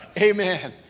Amen